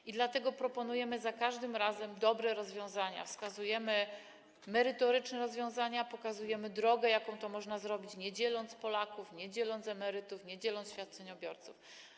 I dlatego proponujemy za każdym razem dobre rozwiązania, wskazujemy merytoryczne rozwiązania, pokazujemy drogę, sposób, w jaki to można zrobić, nie dzieląc Polaków, nie dzieląc emerytów, nie dzieląc świadczeniobiorców.